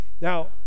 now